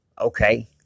Okay